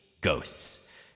Ghosts